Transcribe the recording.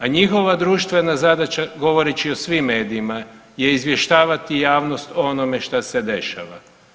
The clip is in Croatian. A njihova društvena zadaća govoreći o svim medijima je izvještavati javnost o onome šta se dešava.